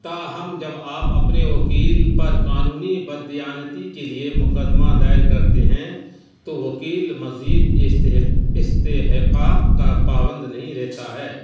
تاہم جب آپ اپنے وکیل پر قانونی بددیانتی کے لیے مقدمہ دائر کرتے ہیں تو وکیل مزید استحقاق کا پابند نہیں رہتا ہے